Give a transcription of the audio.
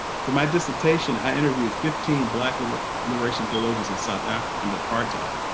for my dissertation i interviewed fifteen black liberation liberation theologians in south africa under apartheid,